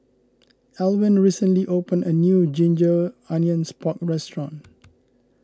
Alwine recently opened a new Ginger Onions Pork restaurant